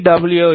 W